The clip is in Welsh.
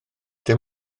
dim